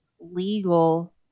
legal